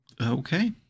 Okay